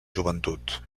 joventut